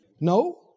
No